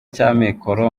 cy’amikoro